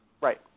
Right